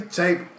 tape